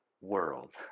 world